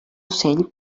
ocell